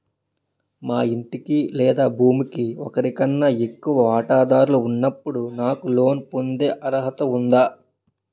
మా ఇంటికి లేదా భూమికి ఒకరికన్నా ఎక్కువ వాటాదారులు ఉన్నప్పుడు నాకు లోన్ పొందే అర్హత ఉందా?